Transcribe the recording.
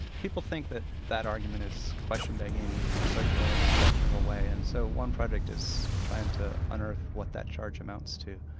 people think that that argument is question-begging, circular in and an objectional way and so one project is trying to unearth what that charge amounts to.